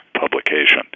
publication